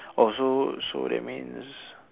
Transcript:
oh so so that means